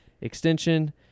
extension